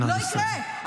לא יקרה.